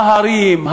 ההרים,